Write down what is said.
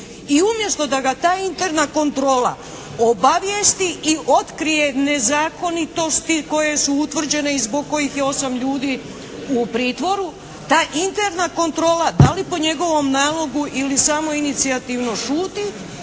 i umjesto da ga ta interna kontrola obavijesti i otkrije nezakonitosti koje su utvrđene i zbog kojih je 8 ljudi u pritvoru, ta interna kontrola, da li po njegovom nalogu ili samoinicijativno šuti